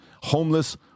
homeless